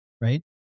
right